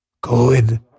Good